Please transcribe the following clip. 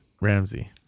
Ramsey